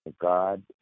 God